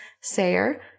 Sayer